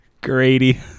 Grady